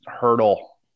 hurdle